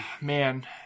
Man